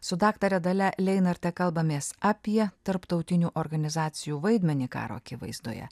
su daktare dalia leinarte kalbamės apie tarptautinių organizacijų vaidmenį karo akivaizdoje